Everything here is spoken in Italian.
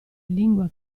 lingua